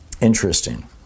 Interesting